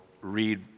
read